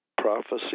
prophecy